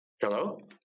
Hello